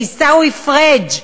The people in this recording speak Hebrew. לעיסאווי פריג':